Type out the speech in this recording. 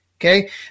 Okay